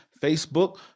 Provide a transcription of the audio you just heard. Facebook